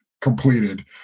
completed